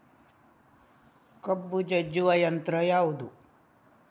ಕಬ್ಬು ಜಜ್ಜುವ ಯಂತ್ರ ಯಾವುದು?